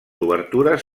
obertures